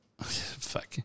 Fuck